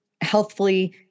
healthfully